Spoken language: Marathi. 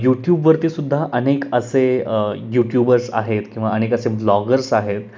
यूट्यूबवरती सुद्धा अनेक असे यूट्यूबर्स आहेत किंवा अनेक असे ब्लॉगर्स आहेत